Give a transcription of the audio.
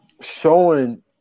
showing